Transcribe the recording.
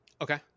Okay